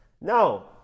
Now